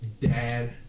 dad